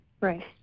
Right